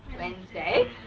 Wednesday